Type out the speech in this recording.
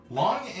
long